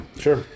Sure